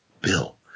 Bill